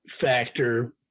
factor